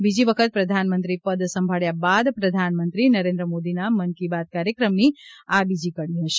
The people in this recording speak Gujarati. બીજી વખત પ્રધાનમંત્રી પદ સંભાળ્યા બાદ પ્રધાનમંત્રી નરેન્દ્ર મોદીના મન કી બાત કાર્યક્રમની આ બીજી કડી હશે